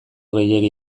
gehiegi